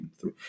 three